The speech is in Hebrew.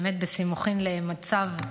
בסימוכין למצ"ב,